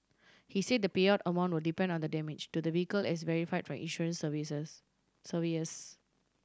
he say the payout amount will depend on the damage to the vehicle as verify try insurance surveyors